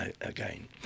again